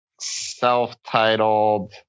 self-titled